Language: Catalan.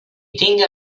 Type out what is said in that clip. tinga